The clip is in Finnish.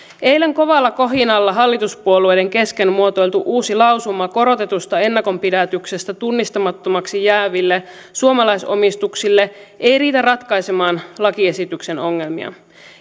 eilen kovalla kohinalla hallituspuolueiden kesken muotoiltu uusi lausuma korotetusta ennakonpidätyksestä tunnistamattomaksi jääville suomalaisomistuksille ei riitä ratkaisemaan lakiesityksen ongelmia